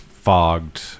fogged